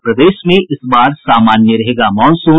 और प्रदेश में इस बार सामान्य रहेगा मॉनसून